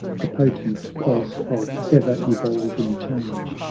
the potent pulse of e'er evolving change,